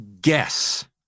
Guess